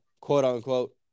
quote-unquote